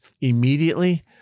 immediately